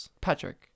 Patrick